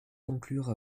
conclure